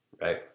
right